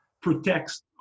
protects